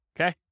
Okay